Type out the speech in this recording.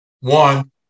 One